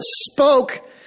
spoke